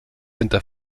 hinter